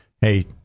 hey